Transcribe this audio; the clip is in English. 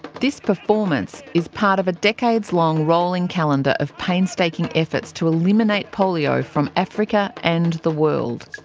this performance is part of a decades-long rolling calendar of painstaking efforts to eliminate polio from africa and the world.